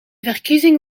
verkiezing